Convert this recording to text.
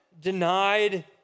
denied